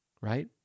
right